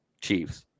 Chiefs